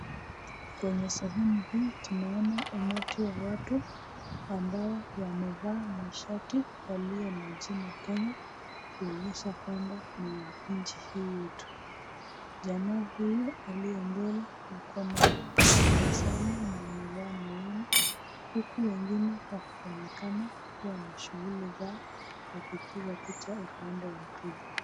Kwenye sehemu hii tunaona umati wa watu ambao wamevaa mashati yaliyo na jina Kenya kuonyesha kwamba ni wa nchi hii yetu. Jamaa huyu aliye mbele ako na tabasamu na amevaa miwani huku wengine wakionekana kuwa na shughuli zao wakipiga picha upande wa pili.